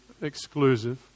exclusive